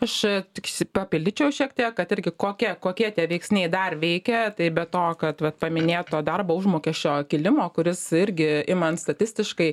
aš tik papildyčiau šiek tiek kad irgi kokia kokie tie veiksniai dar veikia tai be to kad vat paminėto darbo užmokesčio kilimo kuris irgi imant statistiškai